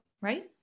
Right